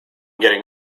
getting